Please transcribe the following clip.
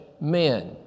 men